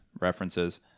references